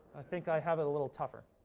i think i have it a little tougher.